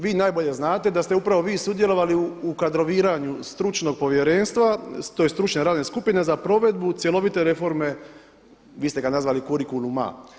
Vi najbolje znate da ste upravo vi sudjelovali u kadroviranju stručnog povjerenstva, tj. stručne radne skupine za provedbu cjelovite reforme, vi ste ga nazvali kurikuluma.